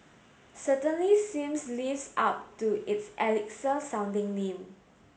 certainly seems lives up to its elixir sounding name